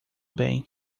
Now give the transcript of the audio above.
bem